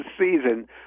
season